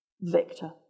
victor